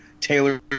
Taylor